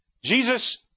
Jesus